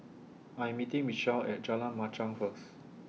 I Am meeting Mitchel At Jalan Machang First